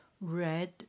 red